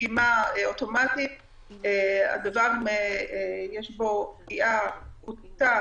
בדגימה אוטומטית יש בדבר פגיעה פחותה